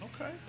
Okay